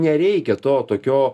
nereikia to tokio